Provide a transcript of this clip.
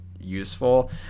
useful